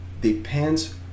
depends